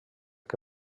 que